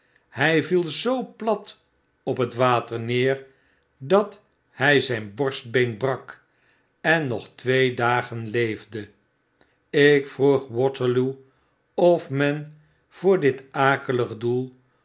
water hfl vielzoo plat op het water neer dat hy zyn borstbeen brak en nog twee dagen leefde ik vroeg waterloo of men voor dit akelig doel